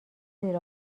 زیر